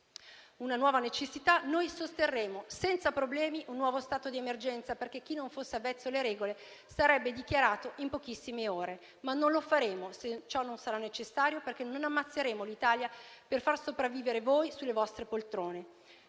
una nuova necessità, sosterremo senza problemi un nuovo stato d'emergenza, che, per chi non fosse avvezzo alle regole, sarebbe dichiarato in pochissime ore; ma non lo faremo, se ciò non sarà necessario, perché non ammazzeremo l'Italia per farvi sopravvivere sulle vostre poltrone.